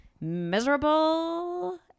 miserable